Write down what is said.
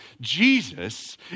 Jesus